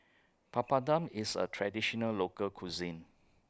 Papadum IS A Traditional Local Cuisine